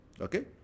Okay